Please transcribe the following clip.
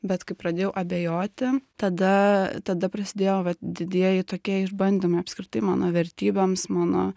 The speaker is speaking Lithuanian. bet kai pradėjau abejoti tada tada prasidėjo didieji tokie išbandymai apskritai mano vertybėms mano